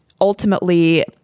ultimately